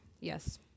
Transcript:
yes